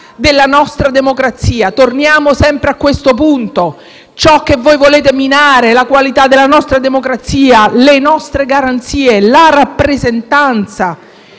della nostra democrazia. Torniamo sempre a questo punto: ciò che voi volete minare è la qualità della nostra democrazia, le nostre garanzie, la rappresentanza